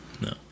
No